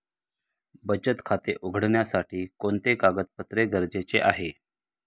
बचत खाते उघडण्यासाठी कोणते कागदपत्रे गरजेचे आहे?